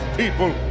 people